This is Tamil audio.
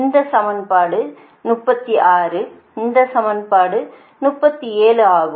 இந்த சமன்பாடு 36 இந்த சமன்பாடு 37 ஆகும்